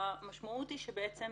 המשמעות היא שבעצם